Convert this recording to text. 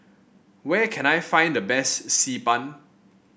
where can I find the best Xi Ban